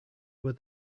were